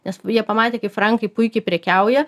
nes jie pamatė kaip frankai puikiai prekiauja